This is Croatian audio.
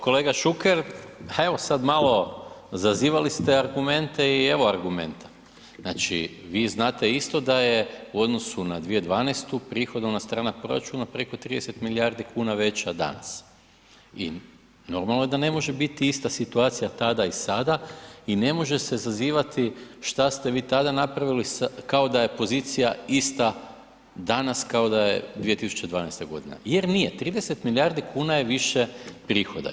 Kolega Šuker, pa evo sad malo, zazivali ste argumente i evo argumenta, znači vi znate isto da je u odnosu na 2012., prihodovna strana proračuna preko 30 milijardi kuna veća danas i normalno je da ne može biti ista situacija tada i sada i ne može se zazivati šta ste vi tada napraviti kao da pozicija ista danas kao da je 2012. g. jer nije, 30 milijardi kuna je prihoda.